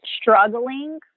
struggling